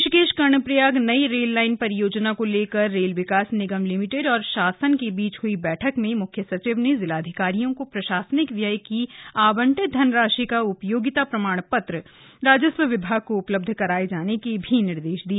ऋषिकेश कर्णप्रयाग नई rail line परियोजना को लेकर रेल विकास निगम लिमिटेड और शासन के बीच हई बैठक में मुख्य सचिव ने जिलाधिकारियों को प्रशासनिक व्यय की आवंटित धनराशि का उपयोगिता प्रमाण पत्र राजस्व विभाग को उपलब्ध कराये जाने के भी निर्देश दिए